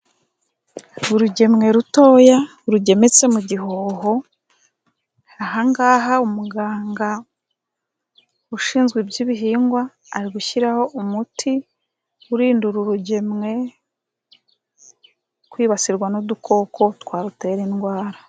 Urugemwe rutoya rugemetse mu gihoho，aha ngaha umuganga ushinzwe iby'ibihingwa，ari gushyiraho umuti，urinda uru rugemwe kwibasirwa n'udukoko twarutera indwara.